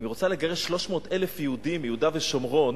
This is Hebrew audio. אם היא רוצה לגרש 300,000 יהודים מיהודה ושומרון,